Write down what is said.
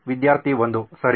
ವಿದ್ಯಾರ್ಥಿ 1 ಸರಿ